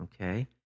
Okay